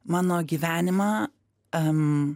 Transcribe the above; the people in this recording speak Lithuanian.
mano gyvenimą